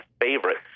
favorite